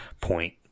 point